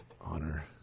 Honor